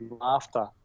laughter